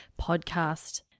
podcast